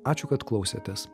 ačiū kad klausėtės